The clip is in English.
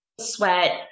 sweat